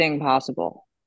possible